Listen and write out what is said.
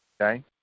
Okay